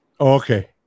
Okay